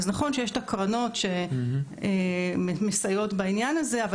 נכון שיש את הקרנות שמסייעות בעניין הזה אבל